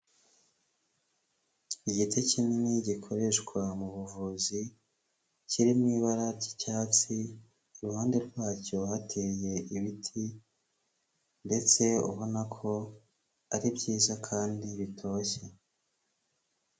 Igiti kinini gikoreshwa mu buvuzi, kiri mu ibara ry'icyatsi, iruhande rwacyo hateye ibiti ndetse ubona ko ari byiza kandi bitoshye.